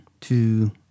two